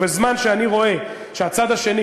ובזמן שאני רואה שהצד השני,